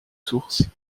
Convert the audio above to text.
sources